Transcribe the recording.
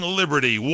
liberty